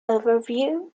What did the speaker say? overview